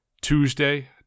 Tuesday